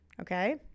Okay